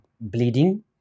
bleeding